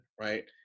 right